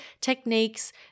techniques